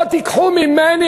בואו תיקחו ממני,